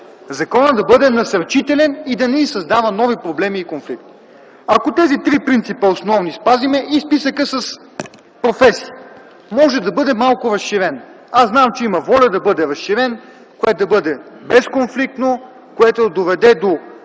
законът да бъде насърчителен и не ни създава нови проблеми и конфликти. Ако спазим тези три основни принципа, списъкът с професиите може да бъде малко разширен. Зная, че има воля да бъде разширен, това да бъде безконфликтно и да доведе до